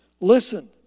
Listen